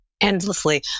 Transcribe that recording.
endlessly